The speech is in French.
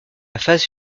phase